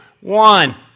one